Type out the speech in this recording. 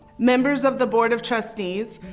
members of the board of trustees.